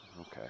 Okay